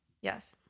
Yes